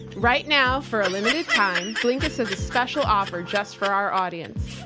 right now for a limited time, blinkist has a special offer just for our audience,